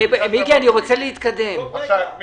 אם